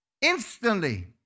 instantly